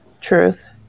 Truth